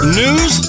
news